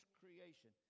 creation